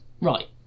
Right